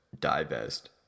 divest